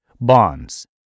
Bonds